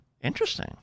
Interesting